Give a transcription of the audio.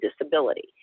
disability